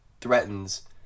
threatens